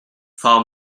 foul